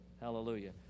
Hallelujah